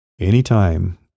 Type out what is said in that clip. Anytime